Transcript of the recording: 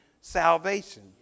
salvation